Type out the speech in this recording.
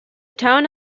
town